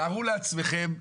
תארו לעצמכם,